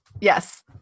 yes